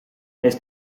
his